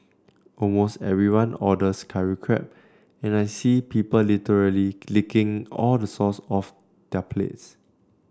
almost everyone orders curry crab and I see people literally licking all the sauce off their plates